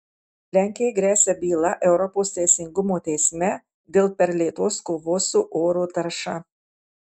lenkijai gresia byla europos teisingumo teisme dėl per lėtos kovos su oro tarša